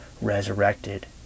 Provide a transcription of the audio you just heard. resurrected